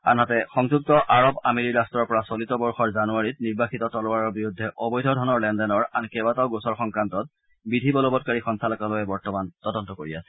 আনহাতে সংযুক্ত আৰব আমিৰী ৰাষ্ট্ৰৰ পৰা চলিত বৰ্যৰ জানুৱাৰী মাহত নিৰ্বাসিত তলৱাৰৰ বিৰুদ্ধে অবৈধ ধনৰ লেনদেনৰ আন কেইবাটাও গোচৰ সংক্ৰান্তত বিধি বলবৎকাৰী সঞ্চালকালয়ে বৰ্তমান তদন্ত কৰি আছে